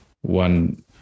one